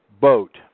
boat